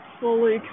fully